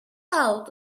out